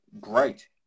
great